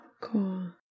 Cool